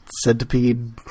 centipede